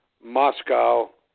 Moscow